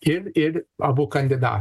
ir ir abu kandida